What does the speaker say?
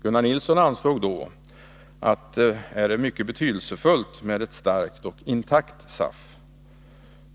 Gunnar Nilsson ansåg då att det var mycket betydelsefullt med ett starkt och intakt SAF.